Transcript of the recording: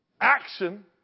action